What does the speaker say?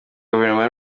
guverinoma